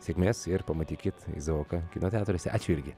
sėkmės ir pamatykit izaoką kino teatruose ačiū jurgi